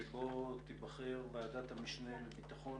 שבו תיבחר ועדת המשנה לביטחון,